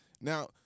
now